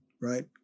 right